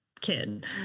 kid